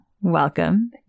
welcome